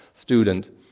student